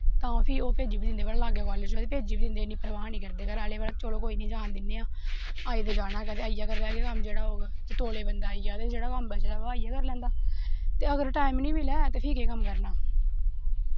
तां फ्ही ओह् भेजी बी दिंदे लाग्गै कालेज होऐ भेज्जी बी दिंदे प्रवाह् निं करदे घरे आह्ले भला जान दिन्नें आं आई ते जाना गै ऐ आइयै करी लैंदे कम्म जेह्ड़ा होग तोलै बंदा आई जा जेह्ड़ा कम्म बचे दा होऐ ओह् आइयै करी लैंदा ते अगर टैम निं मिलै दे फ्ही केह् करना